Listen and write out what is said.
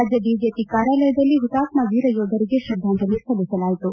ರಾಜ್ಯ ಬಿಜೆಪಿ ಕಾರ್ಯಾಲಯದಲ್ಲಿ ಹುತಾತ್ಮ ವೀರ ಯೋಧರಿಗೆ ಶ್ರದ್ಧಾಂಜಲಿ ಸಲ್ಲಿಸಲಾಯಿತು